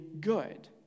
good